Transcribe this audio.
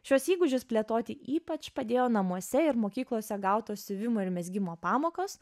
šiuos įgūdžius plėtoti ypač padėjo namuose ir mokyklose gautos siuvimo ir mezgimo pamokos